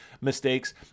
mistakes